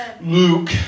Luke